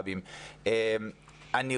לשמוע אנשים,